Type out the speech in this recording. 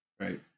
right